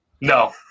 no